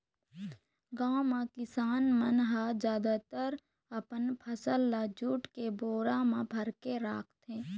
गाँव म किसान मन ह जादातर अपन फसल ल जूट के बोरा म भरके राखथे